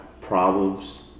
problems